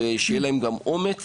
שיהיה להן יותר אומץ